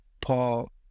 Paul